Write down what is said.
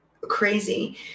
crazy